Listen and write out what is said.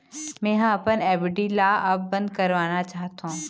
मै ह अपन एफ.डी ला अब बंद करवाना चाहथों